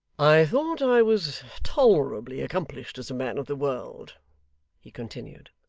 i thought i was tolerably accomplished as a man of the world he continued,